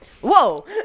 Whoa